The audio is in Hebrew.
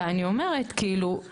ואני אומרת כאילו, תקשיבו,